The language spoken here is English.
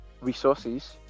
resources